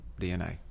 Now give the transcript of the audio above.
DNA